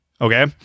Okay